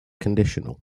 conditional